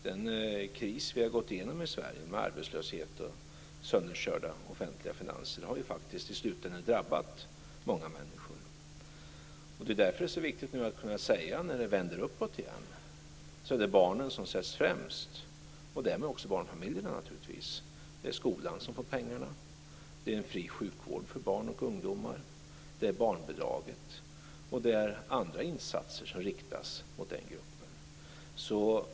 Den kris som vi har gått igenom i Sverige, med arbetslöshet och sönderkörda offentliga finanser, har i slutänden drabbat många människor. Det är därför som det är så viktigt att nu kunna säga, när det vänder uppåt igen, att det är barnen som sätts främst och därmed naturligtvis barnfamiljerna. Det är skolan som får pengarna. Det är en fri sjukvård för barn och ungdomar. Det är barnbidraget. Det är också andra insatser som riktas mot den gruppen.